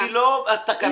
אבל היא לא לתקנה הזאת.